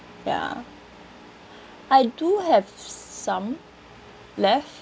ya I do have some left